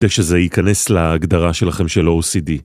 כדי שזה ייכנס להגדרה שלכם של OCD.